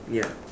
ya